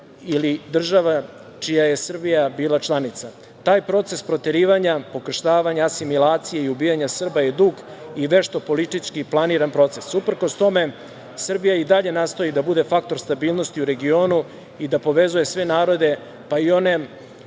ili države čija je Srbija bila članica. Taj proces proterivanja, pokrštavanja, asimilacije i ubijanja Srba je dug i vešto politički planiran proces. Uprkos tome, Srbija i dalje nastoji da budi faktor stabilnosti u regionu i da povezuje sve narode, pa i one